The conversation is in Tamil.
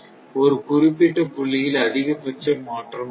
ஒரு குறிப்பிட்ட புள்ளியில் அதிகபட்ச மாற்றம் இருக்கும்